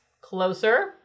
Closer